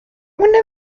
una